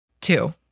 Two